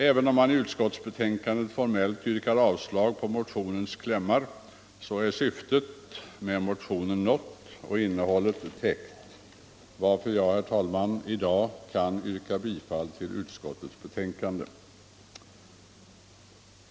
Även om man i utskottets betänkande formellt yrkar avslag på motionens klämmar är syftet med motionen nått och innehållet täckt. Därför kan jag i dag, herr talman, yrka bifall till utskottets hemställan.